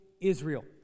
Israel